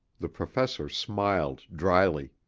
the professor smiled dryly.